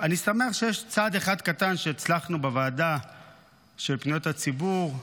אני שמח שיש צעד אחד קטן שהצלחנו בוועדה של פניות הציבור,